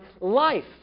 life